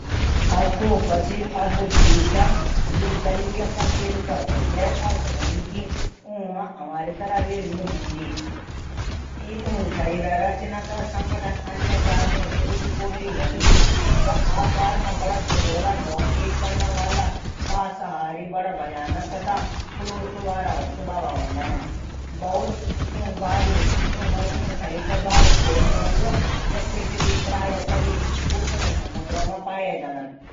ऑक्टोपस एक अद्भुत जीभ चा यह जलीय कशेरूकय च। जैक मतलब हूद की ऊ मा हमरी तरह रीड नी हूंदी। ऊ संरचना अन्य जातियों से उच्च कोटि हूंदी। ऊ आकार मा सुडोल और बहुत तेज चलां वाला मांसाहारी बडा भयानक क्रूर स्वाभाव हूंदन। यूंक शरीर पर बाहरी खोल नी हूद।